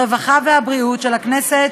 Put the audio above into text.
הרווחה והבריאות של הכנסת